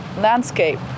landscape